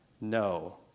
no